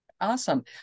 Awesome